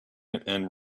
and